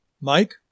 Mike